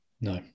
No